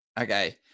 Okay